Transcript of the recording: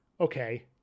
okay